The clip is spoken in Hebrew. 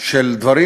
של דברים